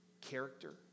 character